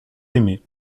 aimé